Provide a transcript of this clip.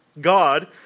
God